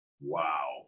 Wow